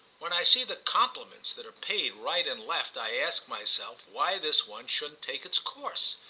when i see the compliments that are paid right and left i ask myself why this one shouldn't take its course.